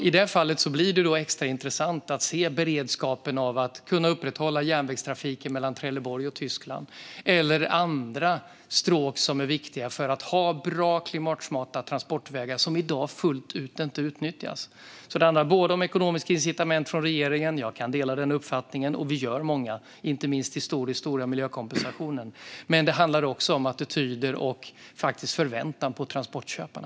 I detta fall blir det extra intressant att se beredskapen för att kunna upprätthålla järnvägstrafiken mellan Trelleborg och Tyskland eller andra stråk som är viktiga för att ha bra och klimatsmarta transportvägar men som i dag inte utnyttjas fullt ut. Det handlar alltså delvis om ekonomiska incitament från regeringen; jag kan dela den uppfattningen. Vi gör också många insatser, inte minst historiskt stora miljökompensationer. Men det handlar också om attityder och om förväntan på transportköparna.